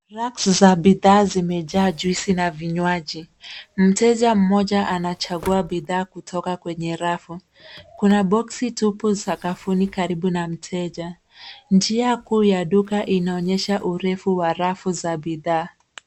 Racks za bidhaa zimejaa juice na vinywaji. Mteja mmoja anachagua bidhaa kutoka kwenye rafu. Kuna box tupu sakafuni karibu na mteja. Njia kuu ya duka inaonyesha urefu wa rafu za bidhaa.